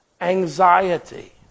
anxiety